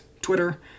Twitter